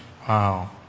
Wow